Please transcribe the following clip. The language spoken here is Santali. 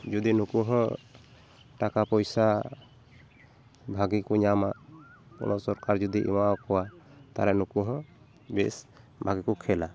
ᱡᱩᱫᱤ ᱱᱩᱠᱩ ᱦᱚᱸ ᱴᱟᱠᱟ ᱯᱚᱭᱥᱟ ᱵᱷᱟᱜᱮ ᱠᱚ ᱧᱟᱢᱟ ᱥᱚᱨᱠᱟᱨ ᱡᱩᱫᱤᱩ ᱮᱢᱟᱣ ᱠᱚᱣᱟ ᱛᱟᱦᱚᱞᱮ ᱱᱩᱠᱩ ᱦᱚᱸ ᱵᱮᱥ ᱵᱷᱟᱜᱮ ᱠᱚ ᱠᱷᱮᱞᱟ